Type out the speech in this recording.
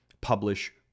publish